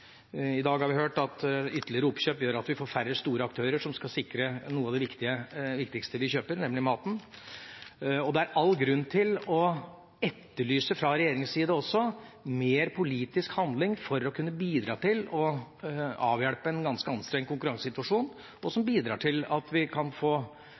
I dag har vi hørt at ytterligere oppkjøp gjør at vi får færre store aktører som skal sikre noe av det viktigste vi kjøper, nemlig maten. Det er all grunn til å etterlyse – også fra regjeringas side – mer politisk handling for å kunne bidra til å avhjelpe en ganske anstrengt konkurransesituasjon, og som bidrar til at vi kan få